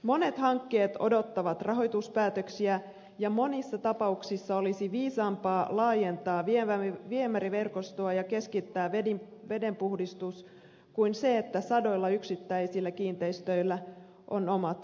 monet hankkeet odottavat rahoituspäätöksiä ja monissa tapauksissa olisi viisaampaa laajentaa viemäriverkostoa ja keskittää vedenpuhdistus kuin se että sadoilla yksittäisillä kiinteistöillä on omat minipuhdistamonsa